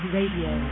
Radio